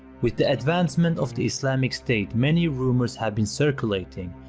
with the advancement of the islamic state, many rumors have been circulating,